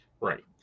Right